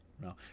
No